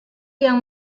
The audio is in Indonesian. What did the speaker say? yang